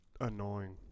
annoying